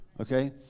Okay